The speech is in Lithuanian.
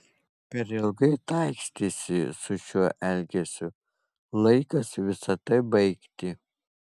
per ilgai taikstėsi su šiuo elgesiu laikas visa tai baigti